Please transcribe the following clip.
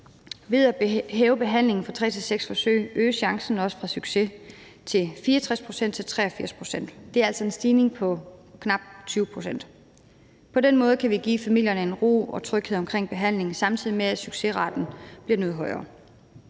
af behandlinger fra tre til seks øges chancen for succes også fra 64 pct. til 83 pct. Det er altså en stigning på knap 20 pct. På den måde kan vi give familierne ro og tryghed omkring behandlingen, samtidig med at succesraten bliver noget højere.